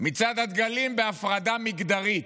מצעד הדגלים בהפרדה מגדרית.